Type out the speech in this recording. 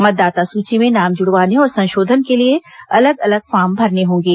मतदाता सूची में नाम जुड़वाने और संशोधन के लिए अलग अलग फॉर्म भरने होंगे